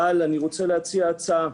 אבל אני רוצה להציע הצעה.